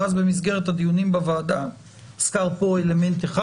ואז במסגרת הדיונים בוועדה הוזכר פה אלמנט אחד